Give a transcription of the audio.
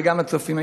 וגם הצופים.